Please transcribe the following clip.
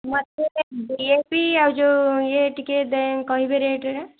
ମତେ D A P ଆଉ ଯେଉଁ ଇଏ ଟିକିଏ ଦେ କହିପାରିବେ କେ